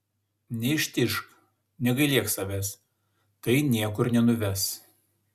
neištižk negailėk savęs tai niekur nenuves